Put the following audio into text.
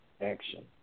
action